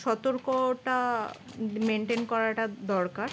সতর্কতাটা maintain করাটা দরকার